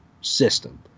system